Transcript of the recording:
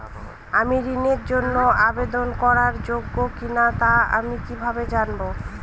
আমি ঋণের জন্য আবেদন করার যোগ্য কিনা তা আমি কীভাবে জানব?